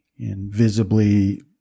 invisibly